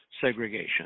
segregation